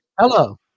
Hello